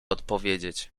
odpowiedzieć